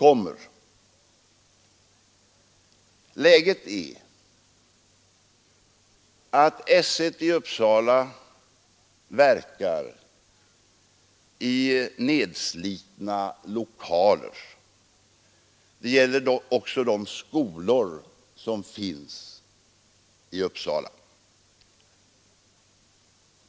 Läget är det, att S 1 i Uppsala verkar i nedslitna lokaler. Det gäller också de skolor som finns i Uppsala.